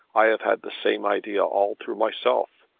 i have had the same idea all through myself,